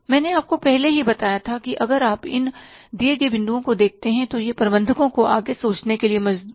मैंने आपको पहले ही बताया था कि अगर आप दिए गए बिंदुओं को देखते हैं तो यह प्रबंधकों को आगे सोचने के लिए मजबूर करता है